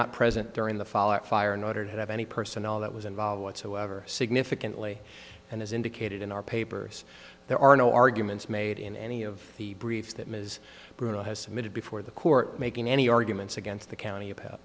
not present during the fall out fire in order to have any personnel that was involved whatsoever significantly and as indicated in our papers there are no arguments made in any of the briefs that ms bruna has submitted before the court making any arguments against the county about